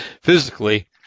physically